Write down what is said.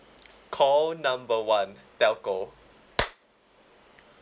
call number one telco